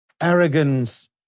arrogance